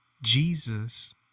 Jesus